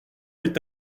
est